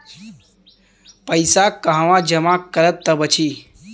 पैसा कहवा जमा करब त बची?